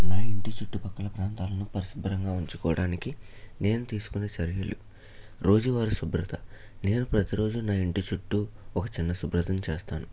నా ఇంటి చుట్టుప్రక్కల ప్రాంతాలను పరిశుభ్రంగా ఉంచుకోడానికి నేను తీసుకునే చర్యలు రోజువారీ శుభ్రత నేను ప్రతీరోజు నా ఇంటి చుట్టూ ఒక చిన్న శుభ్రతను చేస్తాను